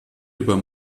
über